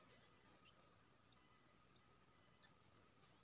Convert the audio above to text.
हम अपन खाता से ऑनलाइन बिजली पानी बिल केना के सकै छी?